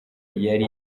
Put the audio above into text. yari